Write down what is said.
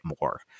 more